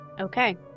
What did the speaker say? Okay